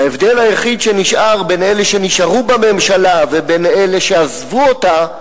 וההבדל היחיד שנשאר בין אלה שנשארו בממשלה ובין אלה שעזבו אותה,